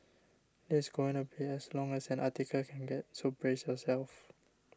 this is going to be as long as an article can get so brace yourself